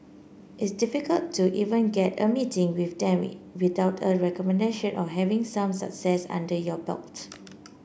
it's difficult to even get a meeting with them without a recommendation or having some success under your belt